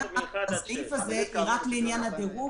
הסעיף הזה הוא רק לעניין הדירוג,